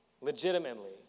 Legitimately